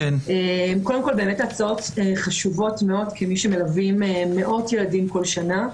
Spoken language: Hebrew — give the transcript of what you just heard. קודם כל, כמי שמלווים מאות ילדים כל שנה,